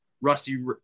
Rusty –